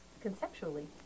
conceptually